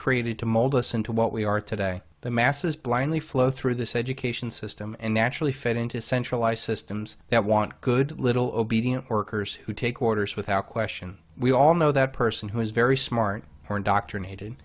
created to mold us into what we are today the masses blindly flow through this education system and naturally fade into centralised systems that want good little obedient workers who take orders without question we all know that person who is very smart or indoct